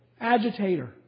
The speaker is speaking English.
agitator